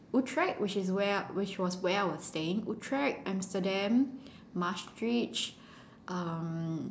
Utrecht which is where which was where I was staying Utrecht Amsterdam Maastricht um